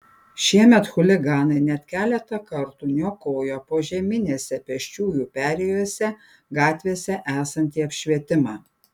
šiemet chuliganai net keletą kartų niokojo požeminėse pėsčiųjų perėjose gatvėse esantį apšvietimą